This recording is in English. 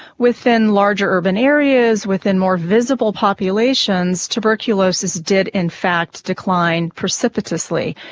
within large urban areas, within more visible populations tuberculosis did in fact declin precipitously.